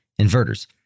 inverters